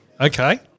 Okay